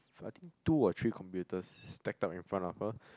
I think two or three computers stacked up in front of her